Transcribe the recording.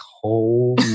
holy